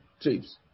trips